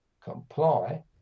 comply